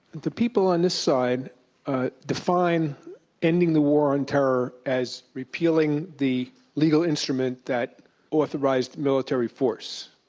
the people on this side define ending the war on terror as repealing the legal instrument that authorized military force.